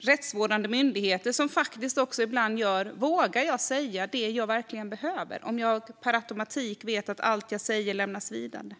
rättsvårdande myndigheter. Detta leder till frågan om personer faktiskt vågar säga det de behöver, om de per automatik vet att allt de säger lämnas vidare.